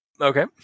Okay